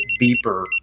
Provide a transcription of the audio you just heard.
beeper